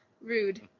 Rude